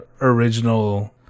original